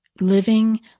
living